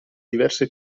diverse